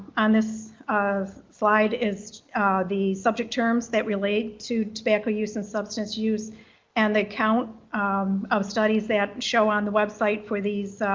on this slide is the subject terms that relate to tobacco use and substance use and the count um of studies that show on the website for these